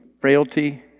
frailty